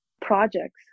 projects